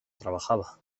trabajaba